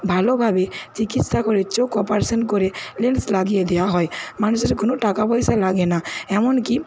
ভালোভাবে চিকিৎসা করে চোখ অপারেশান করে লেন্স লাগিয়ে দেওয়া হয় মানুষের কোনো টাকা পয়সা লাগে না এমন কি